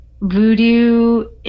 voodoo